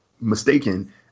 mistaken